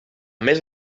més